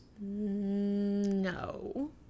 No